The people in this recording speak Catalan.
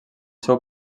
seu